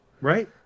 right